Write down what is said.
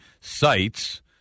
sites